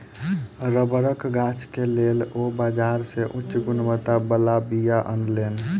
रबड़क गाछ के लेल ओ बाजार से उच्च गुणवत्ता बला बीया अनलैन